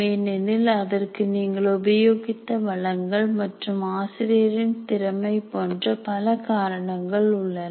ஏனெனில் அதற்கு நீங்கள் உபயோகித்த வளங்கள் மற்றும் ஆசிரியரின் திறமை போன்ற பல காரணங்கள் உள்ளன